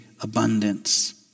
abundance